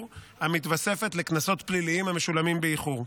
המתווספת לקנסות פליליים המשולמים באיחור.